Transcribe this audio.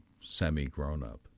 semi-grown-up